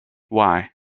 why